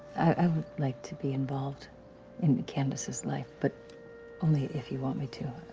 i would like to be involved in candace's life, but only if you want me to.